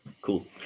Cool